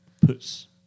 puts